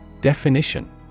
Definition